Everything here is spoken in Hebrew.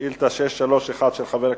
סעיף 5(א)(7)